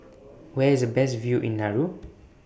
Where IS Best View in Nauru